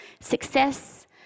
success